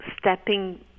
stepping